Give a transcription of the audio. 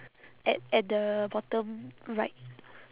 at at the bottom right